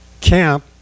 camp